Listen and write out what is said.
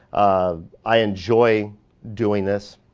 um i enjoy doing this.